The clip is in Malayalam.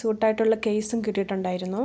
സ്യുട്ടായിട്ടുള്ള കെയ്സും കിട്ടിയിട്ടുണ്ടായിരുന്നു